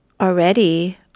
already